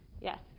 Yes